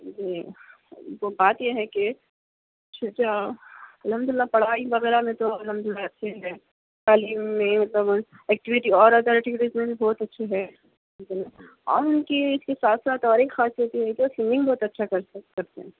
جی وہ بات یہ ہے کہ شجاع الحمد للہ پڑھائی وغیرہ میں تو الحمد للہ اچھے ہیں تعلیم میں مطلب ایکٹویٹی اور ادر ایکٹیویٹی میں بھی بہت اچھے ہیں اور ان کی اس کے ساتھ ساتھ اور ایک خاصیت یہ ہے کہ وہ سنگنگ بہت اچھا کر سک کرتے ہیں